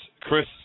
Chris